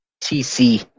T-C